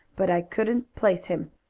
but i couldn't place him.